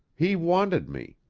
he wanted me.